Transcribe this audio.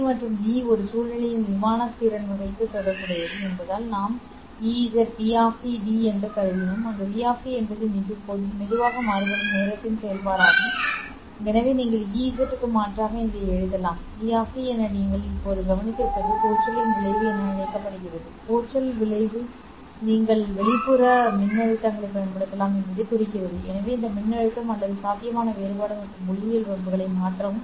E மற்றும் V ஒரு சூழ்நிலையின் விமான திறன் வகைக்கு தொடர்புடையது என்பதால் நாம் Ez v d என்று கருதினோம் அங்கு v என்பது மெதுவாக மாறுபடும் நேரத்தின் செயல்பாடாகும் எனவே நீங்கள் Ez க்கு மாற்றாக இதை எழுதலாம் v d என நீங்கள் இப்போது கவனித்திருப்பது போச்சலின் விளைவு என அழைக்கப்படுகிறது மற்றும் போச்சல் விளைவு நீங்கள் வெளிப்புற மின்னழுத்தங்களைப் பயன்படுத்தலாம் என்பதைக் குறிக்கிறது எனவே இந்த மின்னழுத்தம் அல்லது சாத்தியமான வேறுபாடு மற்றும் ஒளியியல் பண்புகளை மாற்றவும்